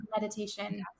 meditation